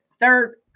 third